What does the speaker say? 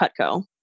Cutco